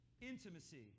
Intimacy